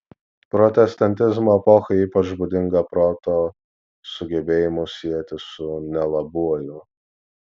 protestantizmo epochai ypač būdinga proto sugebėjimus sieti su nelabuoju